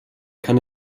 kann